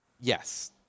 yes